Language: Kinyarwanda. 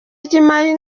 ry’imari